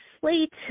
slate